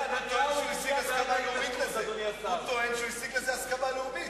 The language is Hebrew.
השר ארדן, הוא טוען שהוא השיג לזה הסכמה לאומית.